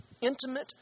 intimate